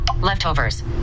Leftovers